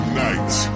nights